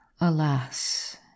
alas